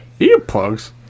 Earplugs